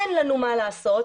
אין לנו מה לעשות,